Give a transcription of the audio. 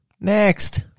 next